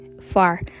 far